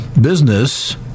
business